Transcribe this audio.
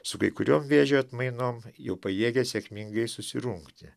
su kai kurio vėžio atmainom jau pajėgia sėkmingai susirungti